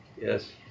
yes